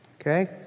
okay